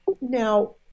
Now